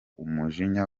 umujinya